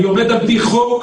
אני עובד על פי חוק,